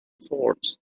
fort